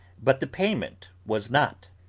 but the payment was not.